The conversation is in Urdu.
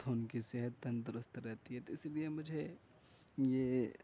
تو اُن کی صحت تندرست رہتی ہے تو اِسی لیے مجھے یہ